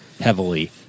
heavily